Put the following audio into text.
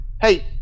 hey